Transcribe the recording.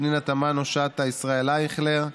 פנינה תמנו שטה, ישראל אייכלר,